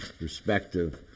respective